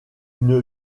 une